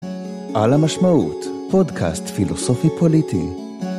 על המשמעות פודקאסט פילוסופי-פוליטי